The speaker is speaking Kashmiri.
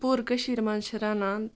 پوٗرٕ کٔشیٖرِ منٛز چھِ رَنان